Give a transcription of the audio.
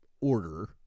order